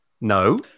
no